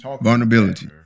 vulnerability